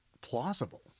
plausible